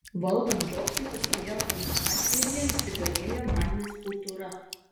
valdant džobsui visoje organizacijoje įsigalėjo baimės kultūra